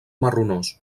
marronós